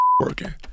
working